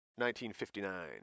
1959